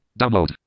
Download